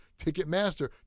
Ticketmaster